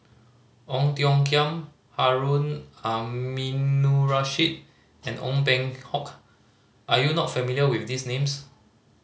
Ong Tiong Khiam Harun Aminurrashid and Ong Peng Hock are you not familiar with these names